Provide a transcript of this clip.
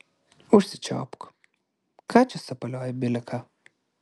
užsičiaupk ką čia sapalioji bile ką